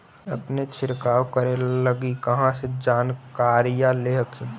अपने छीरकाऔ करे लगी कहा से जानकारीया ले हखिन?